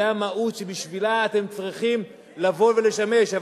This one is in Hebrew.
זו המהות שבשבילה אתם צריכים לבוא ולשמש.